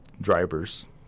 drivers